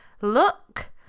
look